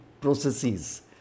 processes